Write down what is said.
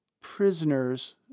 prisoners